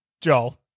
Joel